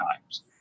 times